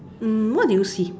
mm what do you see